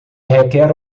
requer